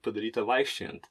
padaryta vaikščiojant